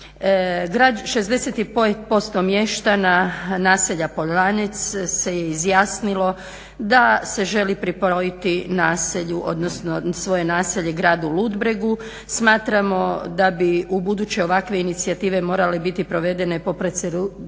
65% mještana naselja Poljanec se izjasnilo da se želi pripojiti naselju, odnosno svoje naselje gradu Ludbregu. Smatramo da bi ubuduće ovakve inicijative morale biti provodene po proceduri